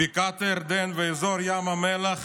בקעת הירדן ואזור ים המלח